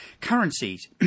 Currencies